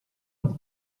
une